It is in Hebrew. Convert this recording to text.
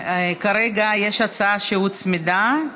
כרגע יש הצעה שהוצמדה,